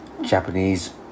Japanese